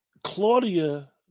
Claudia